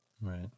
Right